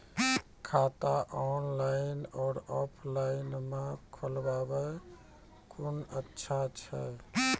खाता ऑनलाइन और ऑफलाइन म खोलवाय कुन अच्छा छै?